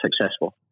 successful